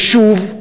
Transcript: ושוב,